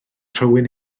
rhywun